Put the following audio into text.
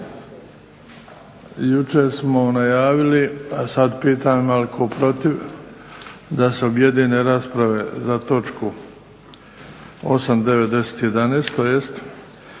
radom. Jučer smo najavili, a sada pitam ima li tko protiv da se objedine rasprave za točku 8., 9., 10 i 11.?